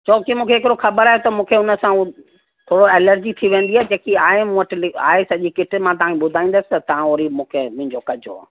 छो की मूंखे हिकिड़ो ख़बर आहे त मूंखे हुन सां थोरो एलर्जी थी वेंदी आहे जेकी आहे मूं वटि आहे सॼी किट मां तव्हांखे ॿुधाईंदसि त तव्हां ओहिड़ी मूंखे मुंहिंजो कजो